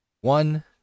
one